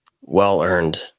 well-earned